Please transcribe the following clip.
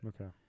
Okay